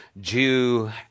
Jew